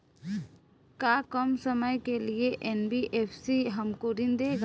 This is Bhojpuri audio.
का कम समय के लिए एन.बी.एफ.सी हमको ऋण देगा?